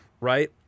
right